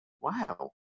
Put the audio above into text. wow